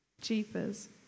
Jeepers